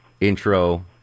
intro